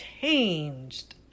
changed